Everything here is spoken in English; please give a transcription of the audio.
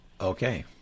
Okay